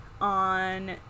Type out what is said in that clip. on